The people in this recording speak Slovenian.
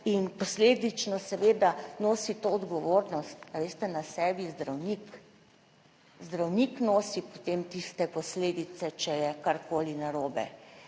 in posledično seveda nosi to odgovornost, a veste, na sebi zdravnik, zdravnik nosi potem tiste posledice, če je karkoli narobe,